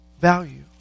Value